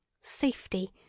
safety